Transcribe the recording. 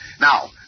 Now